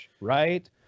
right